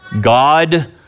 God